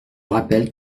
rappelle